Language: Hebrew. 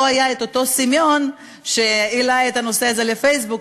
לא היה אותו סמיון שהעלה את הנושא הזה לפייסבוק,